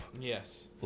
Yes